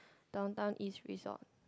Downtown East resort